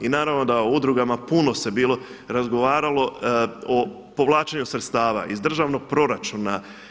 I naravno da o udrugama puno se bilo razgovaralo o povlačenju sredstava iz državnog proračuna.